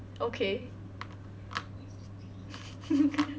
okay